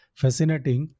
fascinating